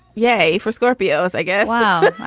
yay for scorpios. i guess yeah